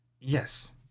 yes